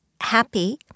happy